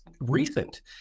recent